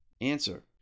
Answer